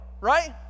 Right